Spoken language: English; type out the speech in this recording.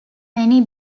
many